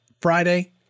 Friday